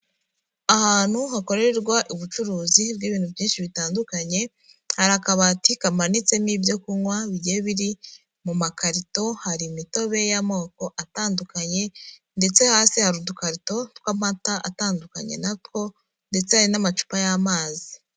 Ahantu hakorerwa ubucuruzi bw'ibintu byinshi bitandukanye, hari akabati kamanitsemo ibyo kunywa bigiye biri mu makarito, hari imitobe y'amoko atandukanye ndetse hasi hari udukarito tw'amata atandukanye natwo ndetse hari n'amacupa y'amazi.